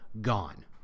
gone